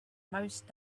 most